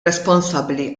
responsabbli